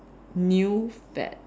new fad